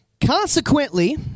Consequently